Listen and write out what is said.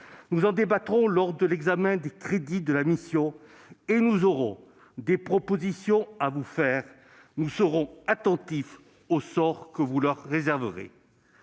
Nous en débattrons lors de l'examen des crédits de la mission ; nous aurons des propositions à vous faire et nous serons attentifs au sort que vous leur réserverez.